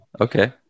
Okay